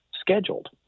scheduled